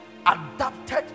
adapted